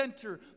center